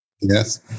Yes